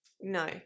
No